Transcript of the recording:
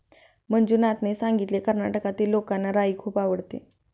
मंजुनाथने सांगितले, कर्नाटकातील लोकांना राई खूप आवडते